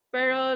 Pero